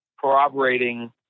corroborating